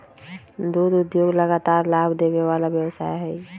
दुध उद्योग लगातार लाभ देबे वला व्यवसाय हइ